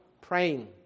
praying